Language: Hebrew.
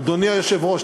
אדוני היושב-ראש,